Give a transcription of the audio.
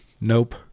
Nope